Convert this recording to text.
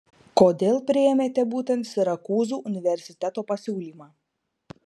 kodėl priėmėte būtent sirakūzų universiteto pasiūlymą